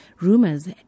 rumors